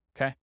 Okay